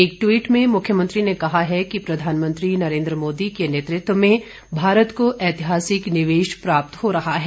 एक ट्वीट में मुख्यमंत्री ने कहा है कि प्रधानमंत्री नरेन्द्र मोदी के नेतृत्व में भारत को ऐतिहासिक निवेश प्राप्त हो रहा है